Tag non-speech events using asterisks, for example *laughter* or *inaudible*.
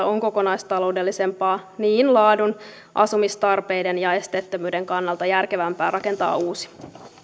*unintelligible* on kokonaistaloudellisempaa niin laadun asumistarpeiden kuin esteettömyyden kannalta järkevämpää rakentaa uusi